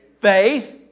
faith